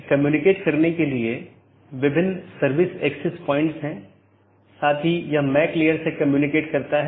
packet IBGP साथियों के बीच फॉरवर्ड होने के लिए एक IBGP जानकार मार्गों का उपयोग करता है